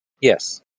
Yes